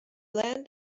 land